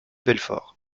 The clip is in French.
belfort